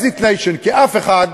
Exit Nation, כי אף אחד,